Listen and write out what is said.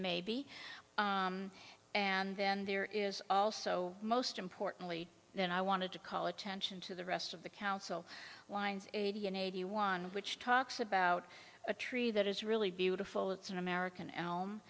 maybe and then there is also most importantly then i wanted to call attention to the rest of the council winds eighty and eighty one which talks about a tree that is really beautiful it's an american elm